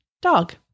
dog